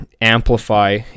amplify